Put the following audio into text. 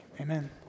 Amen